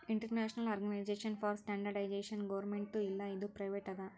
international organisation for standardisation ಗೌರ್ಮೆಂಟ್ದು ಇಲ್ಲ ಇದು ಪ್ರೈವೇಟ್ ಅದಾ